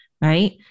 right